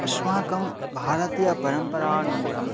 अस्माकं भारतीयपरम्परानुगुणं